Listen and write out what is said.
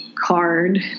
card